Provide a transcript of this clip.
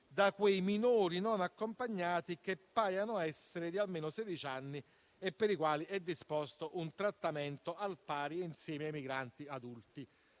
da quei minori non accompagnati che paiono essere di almeno sedici anni e per i quali è disposto un trattamento insieme ai migranti adulti.